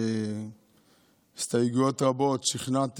אם ניגע,